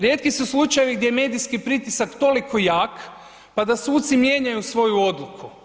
Rijetki su slučajevi gdje je medijski pritisak toliko jak pa da suci mijenjaju svoju odluku.